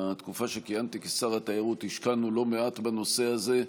בתקופה שכיהנתי כשר התיירות השקענו לא מעט בנושא הזה,